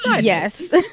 yes